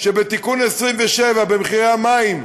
שבתיקון 27 במחירי המים,